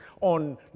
on